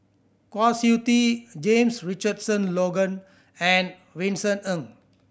Kwa Siew Tee James Richardson Logan and Vincent Ng